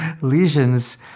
lesions